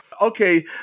okay